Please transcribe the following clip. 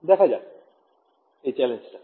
দেখা যাক এই চ্যালেঞ্জ টা